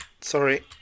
Sorry